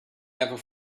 ever